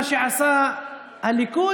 מה שעשה הליכוד,